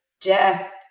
death